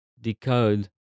decode